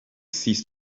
ceased